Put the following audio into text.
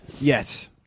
yes